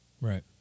Right